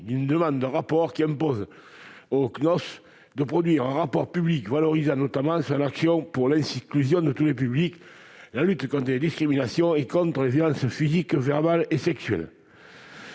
d'une demande imposant au CNOSF de produire un rapport public valorisant notamment son action pour l'inclusion de tous les publics, la lutte contre les discriminations et contre les violences physiques, verbales et sexuelles.